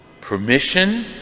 permission